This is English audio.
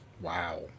Wow